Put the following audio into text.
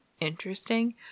interesting